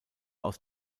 aus